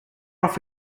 off